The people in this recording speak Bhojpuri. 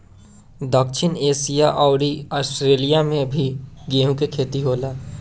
दक्षिण एशिया अउर आस्ट्रेलिया में भी गेंहू के खेती होला